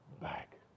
back